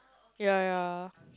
ya ya